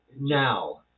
Now